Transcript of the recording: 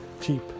Cheap